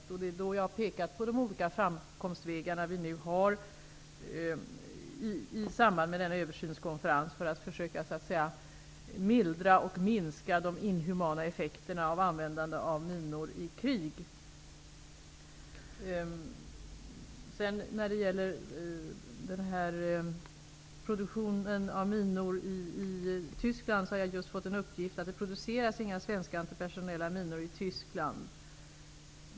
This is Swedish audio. Det är i det sammanhanget jag har pekat på de framkomstvägar som vi nu har i samband med översynskonferensen för att mildra och minska de inhumana effekterna av användande av minor i krig. När det gäller produktionen av minor i Tyskland har jag just fått en uppgift om att det inte produceras några svenska antipersonella minor där.